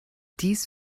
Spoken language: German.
dies